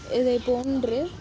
இதைப்போன்று